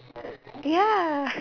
ya